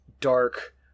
dark